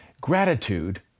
gratitude